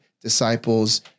disciples